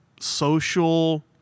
social